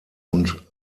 und